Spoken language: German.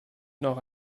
noch